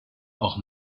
auch